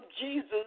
Jesus